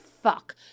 fuck